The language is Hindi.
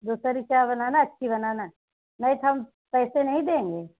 दूसरी चाय बनाना अच्छी बनाना नहीं तो हम पइसे नहीं देंगे